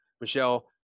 michelle